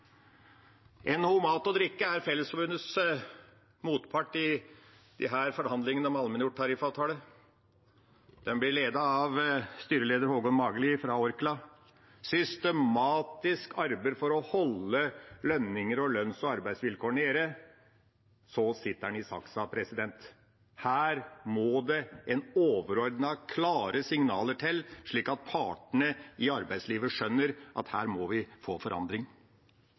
NHO Mat og Drikke er Fellesforbundets motpart i forhandlingene om allmenngjort tariffavtale. De blir ledet av styreleder Håkon Mageli fra Orkla, som systematisk arbeider for å holde lønninger og lønns- og arbeidsvilkår nede. Så sitter han i saksa. Her må det overordnede, klare signaler til, slik at partene i arbeidslivet skjønner at vi må få forandring.